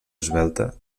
esvelta